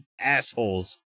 assholes